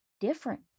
different